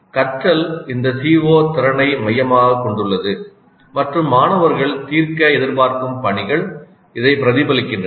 கற்றல் இந்த CO திறனை மையமாகக் கொண்டுள்ளது மற்றும் மாணவர்கள் தீர்க்க எதிர்பார்க்கும் பணிகள் இதைப் பிரதிபலிக்கின்றன